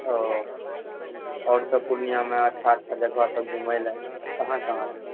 ओ आओर सभ पूर्णियामे अच्छा अच्छा जगहसभ घुमयलऽ कहाँ कहाँ छै